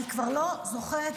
אני כבר לא זוכרת,